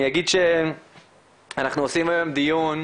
אני אגיד שאנחנו עושים היום דיון,